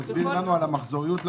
תסבירי לנו על המחזוריות,